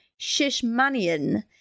Shishmanian